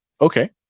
Okay